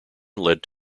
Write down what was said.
led